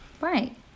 Right